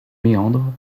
méandre